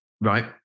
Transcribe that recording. right